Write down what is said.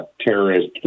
terrorist